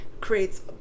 creates